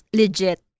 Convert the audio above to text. legit